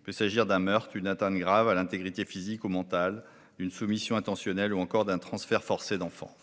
Il peut s'agir d'un meurtre, d'une atteinte grave à l'intégrité physique ou mentale, d'une soumission intentionnelle ou encore d'un transfert forcé d'enfants.